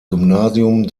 gymnasium